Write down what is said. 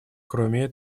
кроме